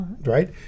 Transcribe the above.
Right